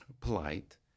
polite